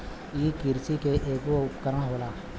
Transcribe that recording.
इ किरसी के ऐगो उपकरण होला